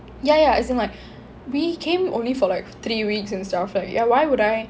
ya ya as in like we came only for like three weeks and stuff like ya why would I